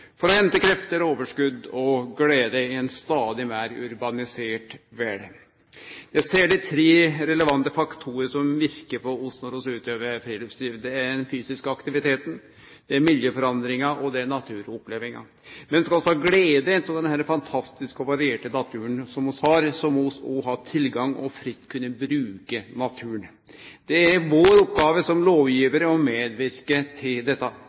for å hente krefter, overskot og glede i ei stadig meir urbanisert verd. Det er særleg tre relevante faktorar som verkar på oss når vi utøver friluftsliv. Det er den fysiske aktiviteten, det er miljøforandringa, og det er naturopplevinga. Men skal vi ha glede av den fantastiske og varierte naturen som vi har, må vi òg ha tilgang til fritt å kunne bruke naturen. Det er vår oppgåve som lovgjevarar å medverke til dette.